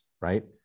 right